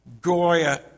Goya